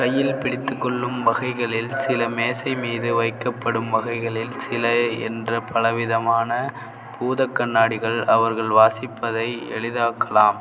கையில் பிடித்துக்கொள்ளும் வகைகளில் சில மேசை மீது வைக்கப்படும் வகைகளில் சில என்று பலவிதமான பூதக் கண்ணாடிகள் அவர்கள் வாசிப்பதை எளிதாக்கலாம்